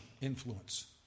influence